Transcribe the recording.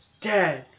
dad